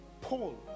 Paul